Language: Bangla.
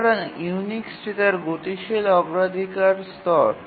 সুতরাং ইউনিক্সটি তার গতিশীল অগ্রাধিকার স্তর